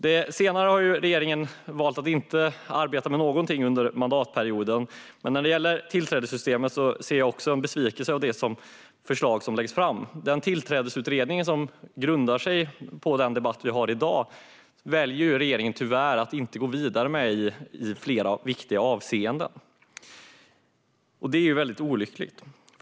Det senare har regeringen valt att inte alls arbeta med under mandatperioden, och när det gäller tillträdessystemet ser jag en besvikelse över det förslag som läggs fram. Tillträdesutredningen, som den debatt vi har i dag grundar sig på, väljer regeringen tyvärr att inte gå vidare med i flera viktiga avseenden, vilket är olyckligt.